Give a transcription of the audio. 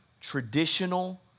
traditional